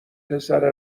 پسره